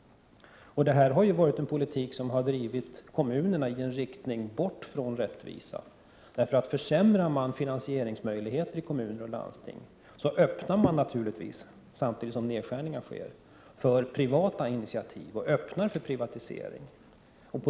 Detta har ju varit en politik som drivit kommunerna i en riktning som fört bort från rättvisan. Försämrar man finansieringsmöjligheter i kommuner och landsting, så öppnar man naturligtvis — samtidigt som nedskärningar sker — för privata initiativ, för privatisering.